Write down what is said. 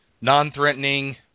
non-threatening